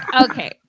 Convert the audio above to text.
Okay